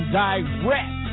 direct